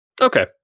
Okay